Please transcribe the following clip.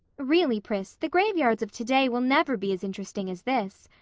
really, pris, the graveyards of today will never be as interesting as this.